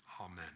Amen